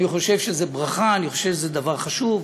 אני חושב שזו ברכה, אני חושב שזה דבר חשוב: